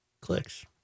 Clicks